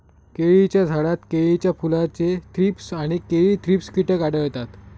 केळीच्या झाडात केळीच्या फुलाचे थ्रीप्स आणि केळी थ्रिप्स कीटक आढळतात